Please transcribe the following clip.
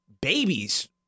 babies